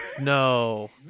No